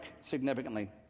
significantly